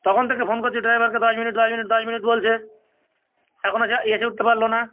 তখন থেকে ফোন করছি ড্রাইভারকে দশ মিনিট দশ মিনিট দশ মিনিট বলছে এখনও সে এসে উঠতে পারল না